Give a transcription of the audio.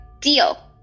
Deal